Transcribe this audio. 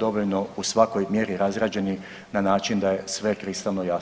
dovoljno u svakoj mjeri razrađeni na način da je sve kristalno jasno.